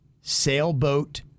sailboat